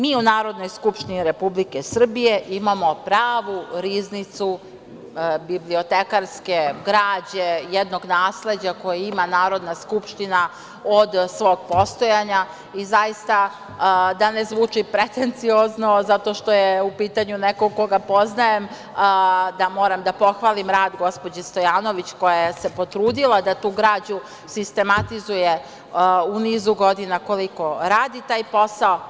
Mi u Narodnoj skupštini Republike Srbije imamo pravu riznicu bibliotekarske građe, jednog nasleđa koje ima Narodna skupština od svog postojanja i zaista, da ne zvuči pretenciozno zato što je u pitanju neko koga poznajem, moram da pohvalim rad gospođe Stojanović koja se potrudila da tu građu sistematizuje u nizu godina koliko radi taj posao.